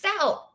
out